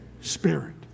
Spirit